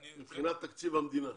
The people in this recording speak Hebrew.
מבחינת תקציב המדינה.